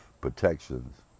protections